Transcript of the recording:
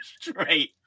straight